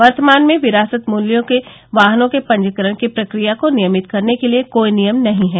वर्तमान में विरासत मूल्य के वाहनों के पंजीकरण की प्रक्रिया को नियमित करने के लिए कोई नियम नहीं हैं